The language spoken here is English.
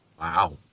Wow